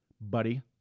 buddy